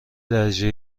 درجه